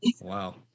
Wow